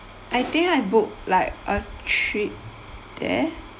I think I book like a trip there